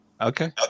Okay